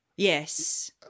Yes